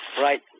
right